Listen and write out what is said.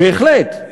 בהחלט.